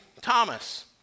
Thomas